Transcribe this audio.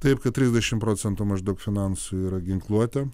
taip kad trisdešimt procentų maždaug finansų yra ginkluotė